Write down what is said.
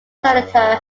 senator